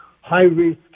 high-risk